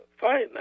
fine